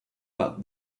about